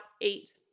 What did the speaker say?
eight